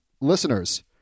listeners